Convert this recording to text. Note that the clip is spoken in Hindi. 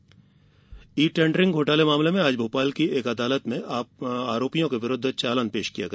टेण्डर घोटाला ई टेडरिंग घोटाले मामले में आज भोपाल की एक अदालत में आरोपियों के विरूद्व चालान पेश किया गया